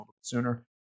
sooner